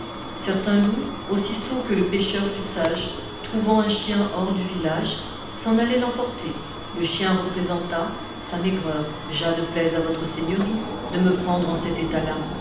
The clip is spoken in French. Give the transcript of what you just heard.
certain loup aussi sot que le pêcheur fut sage trouvant un chien hors du village s'en allait l'emporter le chien représenta sa maigreur jà ne plaise à votre seigneurie de me prendre en cet état-là